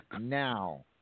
now